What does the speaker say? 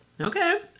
Okay